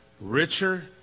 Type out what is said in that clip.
richer